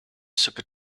super